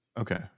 Okay